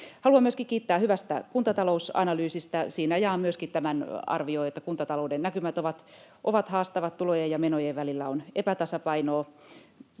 Haluan myöskin kiittää hyvästä kuntatalousanalyysistä. Siinä jaan myöskin tämän arvion, että kuntatalouden näkymät ovat haastavat. Tulojen ja menojen välillä on epätasapainoa.